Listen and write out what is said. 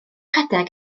rhedeg